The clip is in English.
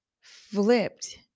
flipped